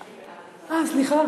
סליחה,